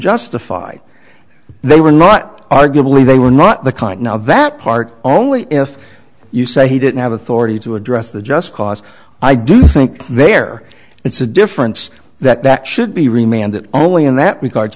justified they were not arguably they were not the kind now that part only if you say he didn't have authority to address the just cause i do think there it's a difference that that should be remanded only in that regards